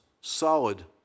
solid